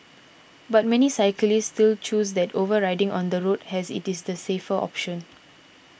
but many cyclists still choose that over riding on the road as it is the safer option